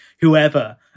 whoever